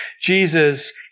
Jesus